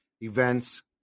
events